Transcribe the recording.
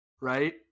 right